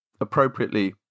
appropriately